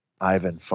Ivan